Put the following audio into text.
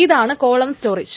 ഇതാണ് column storage